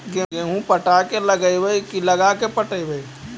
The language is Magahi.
गेहूं पटा के लगइबै की लगा के पटइबै?